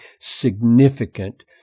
significant